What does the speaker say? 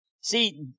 See